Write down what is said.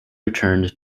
returned